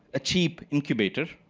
a cheap incubator.